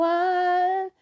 one